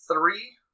three